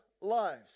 lives